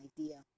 idea